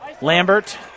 Lambert